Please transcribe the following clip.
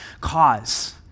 cause